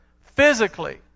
Physically